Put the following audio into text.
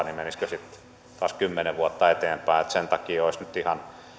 niin menisi taas kymmenen vuotta eteenpäin sen takia olisi nyt ihan